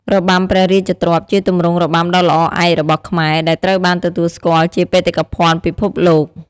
របាំព្រះរាជទ្រព្យ ជាទម្រង់របាំដ៏ល្អឯករបស់ខ្មែរ ដែលត្រូវបានទទួលស្គាល់ជាបេតិកភណ្ឌពិភពលោក។